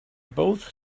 both